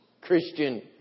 Christian